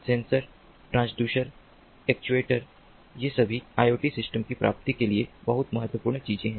sensor transducer actuator ये सभी IoT system की प्राप्ति के लिए बहुत महत्वपूर्ण चीजें हैं